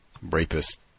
Rapist